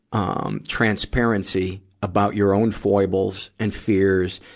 um, transparency about your own foibles and fears.